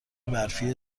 برفی